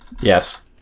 Yes